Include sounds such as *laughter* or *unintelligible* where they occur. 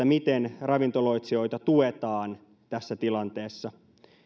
*unintelligible* miten ravintoloitsijoita tuetaan tässä tilanteessa